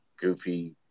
goofy